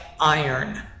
iron